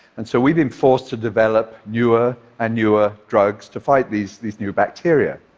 and so we've been forced to develop newer and newer drugs to fight these these new bacteria.